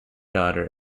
daughter